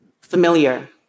Familiar